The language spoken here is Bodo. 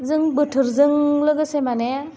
जों बोथोरजों लोगोसे माने